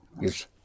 Yes